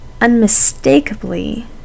unmistakably